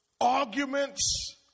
arguments